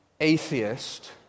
atheist